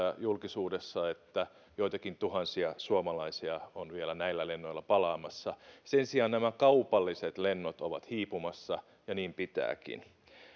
julkisuudessa että joitakin tuhansia suomalaisia on vielä näillä lennoilla palaamassa sen sijaan nämä kaupalliset lennot ovat hiipumassa ja niin pitääkin